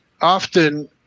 often